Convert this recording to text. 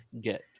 get